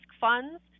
funds